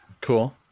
cool